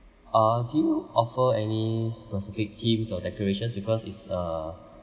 uh do you offer any specific themes or decorations because it's uh